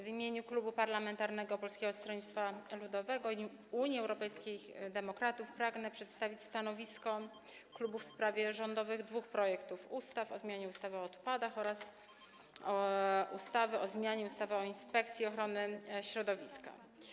W imieniu Klubu Parlamentarnego Polskiego Stronnictwa Ludowego - Unii Europejskich Demokratów pragnę przedstawić stanowisko klubu w sprawie dwóch rządowych projektów ustaw: o zmianie ustawy o odpadach oraz o zmianie ustawy o Inspekcji Ochrony Środowiska.